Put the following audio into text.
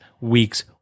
week's